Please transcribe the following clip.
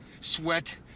Sweat